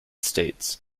states